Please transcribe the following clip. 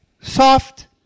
Soft